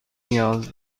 نیاز